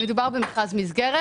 מדובר במכרז מסגרת.